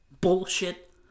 bullshit